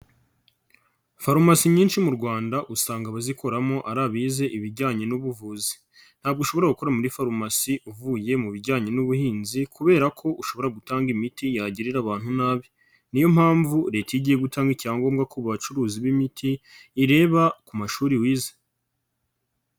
Farumasi nyinshi mu Rwanda usanga abazikoramo ari abize ibijyanye n'ubuvuzi, ntabwo ushobora gukora muri farumasi uvuye mu bijyanye n'ubuhinzi kubera ko ushobora gutanga imiti yagirira abantu nabi, ni yo mpamvu Leta iyo igiye gutanga icyangombwa ku bacuruzi b'imiti ireba ku mashuri wize.